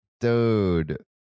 dude